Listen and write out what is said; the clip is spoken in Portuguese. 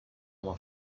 uma